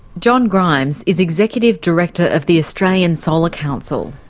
john grimes is executive director of the australian solar council.